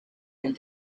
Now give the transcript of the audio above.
and